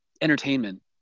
entertainment